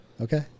Okay